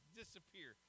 disappear